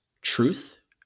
truth